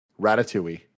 ratatouille